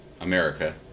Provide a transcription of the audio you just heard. America